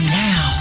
now